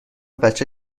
بچه